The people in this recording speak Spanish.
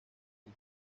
del